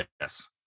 Yes